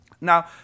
Now